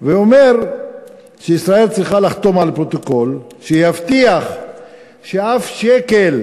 ואומר שישראל צריכה לחתום על פרוטוקול שיבטיח שאף שקל